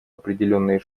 определенные